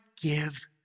give